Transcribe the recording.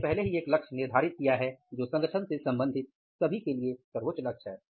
हमने पहले ही एक लक्ष्य निर्धारित किया है जो संगठन से संबंधित सभी के लिए सर्वोच्च लक्ष्य है